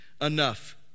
enough